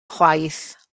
chwaith